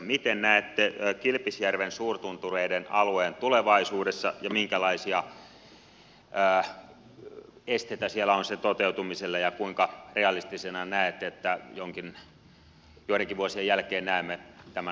miten näette kilpisjärven suurtuntureiden alueen tulevaisuudessa ja minkälaisia esteitä siellä on sen toteutumiselle ja kuinka realistisena näette että joidenkin vuosien jälkeen näemme tämän arvokkaan alueen kansallispuistomerkityksessä